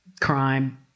crime